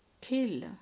kill